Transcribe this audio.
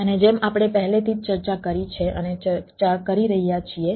અને જેમ આપણે પહેલેથી જ ચર્ચા કરી છે અને ચર્ચા કરી રહ્યા છીએ